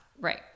Right